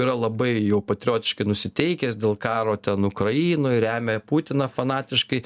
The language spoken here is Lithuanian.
yra labai jau patriotiškai nusiteikęs dėl karo ten ukrainoj remia putiną fanatiškai